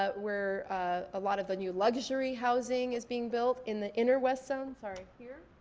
ah where a lot of the new luxury housing is being built in the inner west zone, sorry. here.